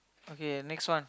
okay next one